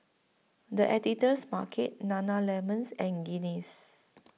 The Editor's Market Nana Lemons and Guinness